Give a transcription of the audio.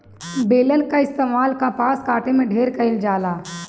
baler कअ इस्तेमाल कपास काटे में ढेर कइल जाला